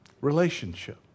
Relationship